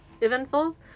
eventful